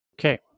Okay